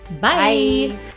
Bye